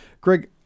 Greg